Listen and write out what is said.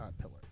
pillar